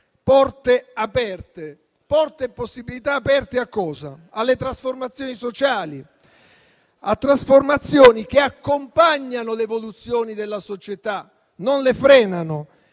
porte aperte. Porte e possibilità aperte a cosa? Alle trasformazioni sociali, a trasformazioni che accompagnano l'evoluzione della società, non che la frenano.